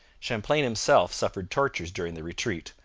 champlain himself suffered tortures during the retreat,